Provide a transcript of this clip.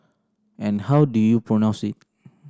and how do you pronounce it